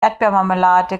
erdbeermarmelade